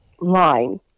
line